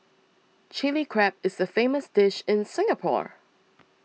Chilli Crab is a famous dish in Singapore